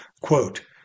Quote